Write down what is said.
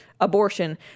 abortion